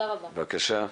בבקשה.